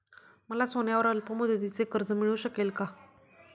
मला सोन्यावर अल्पमुदतीचे कर्ज मिळू शकेल का?